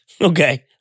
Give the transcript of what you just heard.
okay